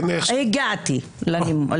הגעתי להנמקה.